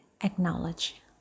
acknowledge